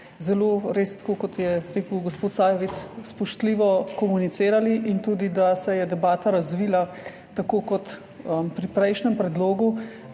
res, tako kot je rekel gospod Sajovic – spoštljivo komunicirali in da se je debata razvila tako, kot pri prejšnjem predlogu,